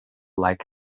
like